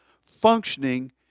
functioning